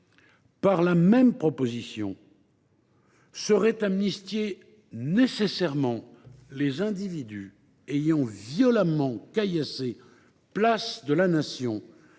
de ladite proposition de loi, seraient amnistiés nécessairement les individus ayant violemment caillassé, place de la Nation,